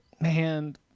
Man